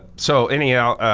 so anyhow,